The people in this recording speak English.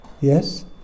yes